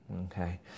Okay